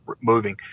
moving